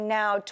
now